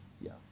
Yes